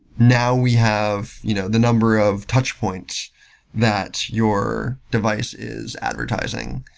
now, we have you know the number of touch points that your device is advertising.